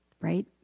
Right